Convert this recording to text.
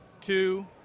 two